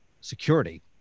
security